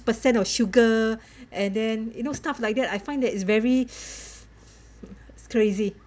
percent of sugar and then you know stuff like that I find that it's very crazy